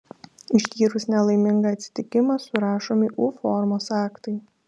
ištyrus nelaimingą atsitikimą surašomi u formos aktai